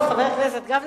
חבר הכנסת גפני,